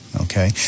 Okay